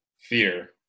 fear